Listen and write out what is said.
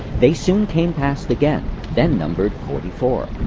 they soon came past again then numbered forty-four.